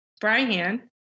Brian